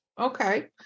Okay